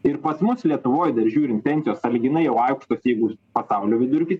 ir pas mus lietuvoj dar žiūrint pensijos sąlyginai jau aukštos jeigu pasaulio vidurkį